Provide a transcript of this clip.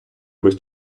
без